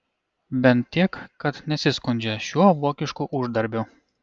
bent tiek kad nesiskundžia šiuo vokišku uždarbiu